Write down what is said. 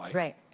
right.